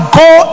go